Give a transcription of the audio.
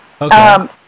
Okay